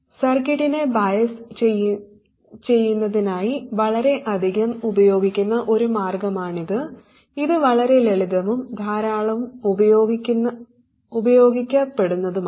സർക്യൂട്ടിനെ ബയാസ് ചെയ്യുന്നതിനായി വളരെ അധികം ഉപയോഗിക്കുന്ന ഒരു മാർഗമാണിത് ഇത് വളരെ ലളിതവും ധാരാളം ഉപയോഗിക്കപ്പെടുന്നതുമാണ്